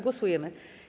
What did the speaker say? Głosujemy.